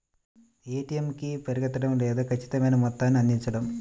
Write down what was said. ATM కి పరిగెత్తడం లేదా ఖచ్చితమైన మొత్తాన్ని అందించడం